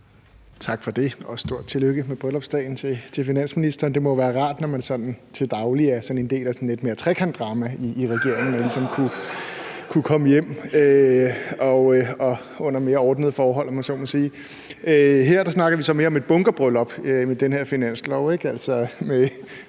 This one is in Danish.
Tak for det, og også stort tillykke med bryllupsdagen til finansministeren. Det må være rart, når man sådan til daglig mere er en del af et trekantsdrama i regeringen, at man så ligesom kan komme hjem under mere ordnede forhold, om jeg så må sige. Her snakker vi så mere om et bunkebryllup med den her finanslov,